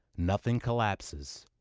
nothing collapses,